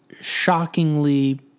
shockingly